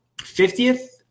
fiftieth